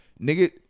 Nigga